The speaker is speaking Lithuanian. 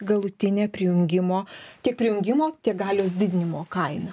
galutinę prijungimo tiek prijungimo tiek galios didinimo kainą